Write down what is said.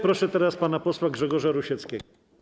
Proszę teraz pana posła Grzegorza Rusieckiego.